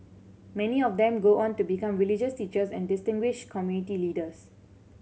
many of them go on to become religious teachers and distinguished community leaders